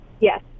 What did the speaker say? Yes